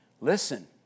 listen